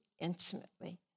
intimately